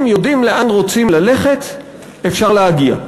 אם יודעים לאן רוצים ללכת אפשר להגיע,